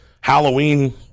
halloween